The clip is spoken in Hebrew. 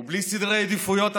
הוא בלי סדרי עדיפויות עדכניים,